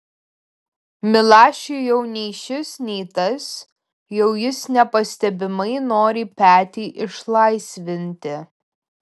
milašiui jau nei šis nei tas jau jis nepastebimai nori petį išlaisvinti